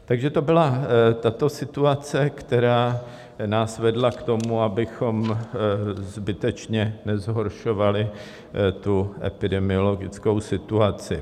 Takže to byla tato situace, která nás vedla k tomu, abychom zbytečně nezhoršovali epidemiologickou situaci.